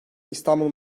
i̇stanbul